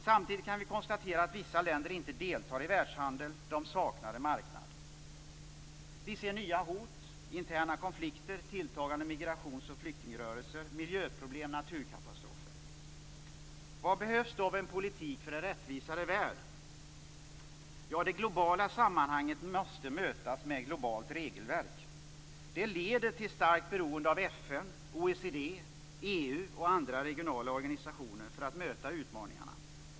Samtidigt kan vi konstatera att vissa länder inte deltar i världshandeln. De saknar en marknad. Vi ser nya hot: interna konflikter, tilltagande migrations och flyktingrörelser, miljöproblem och naturkatastrofer. Vad behövs då för en politik för en rättvisare värld? Det globala sammanhanget måste mötas med ett globalt regelverk. Det leder till starkt beroende av FN, OECD, EU och andra regionala organisationer för att möta utmaningarna.